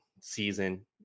season